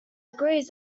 agrees